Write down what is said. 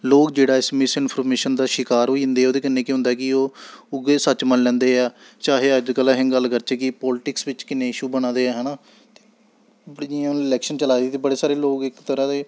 लोग जेह्ड़ा इस मिस इंफर्मेशन दा शकार होई जंदे ओह्दे कन्नै केह् होंदा ऐ कि ओह् उ'ऐ सच्च मन्नी लैंदे ऐ चाहे अजकल्ल अहें गल्ल करचै कि पालिटिक्स बिच्च किन्ने इशू बना दे ऐ है ना जि'यां हून लैक्शन चला दी ते बड़े सारे लोग इक त'रा दे